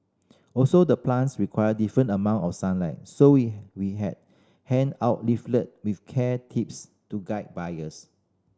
also the plants require different amount of sunlight so we had hand out leaflet with care tips to guide buyers